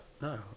No